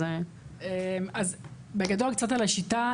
אז בגדול קצת על השיטה.